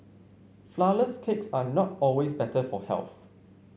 flourless cakes are not always better for health